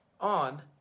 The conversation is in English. on